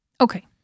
Okay